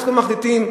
אנחנו מחליטים,